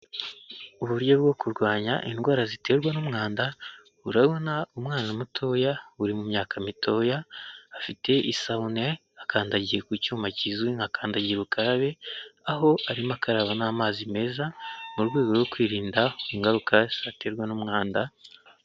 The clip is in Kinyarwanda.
Uburyo bwo kurwanya indwara ziterwa n'umwanda, urabona umwana mutoya uri mu myaka mitoya afite isabune akandagiye ku cyuma kizwi nka kandagira ukarabe aho arimo akaraba n'amazi meza mu rwego rwo kwirinda ingaruka ziterwa n'umwanda.